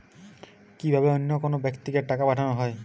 কি ভাবে অন্য কোনো ব্যাক্তিকে টাকা পাঠানো হয়?